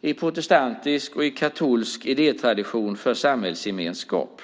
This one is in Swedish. i protestantisk och katolsk idétradition för samhällsgemenskap.